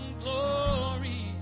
glory